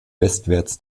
westwärts